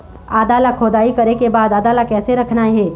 आदा ला खोदाई करे के बाद आदा ला कैसे रखना हे?